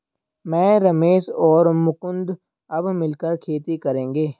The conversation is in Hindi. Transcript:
मैं, रमेश और मुकुंद अब मिलकर खेती करेंगे